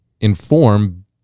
inform